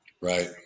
Right